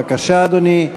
בבקשה, אדוני.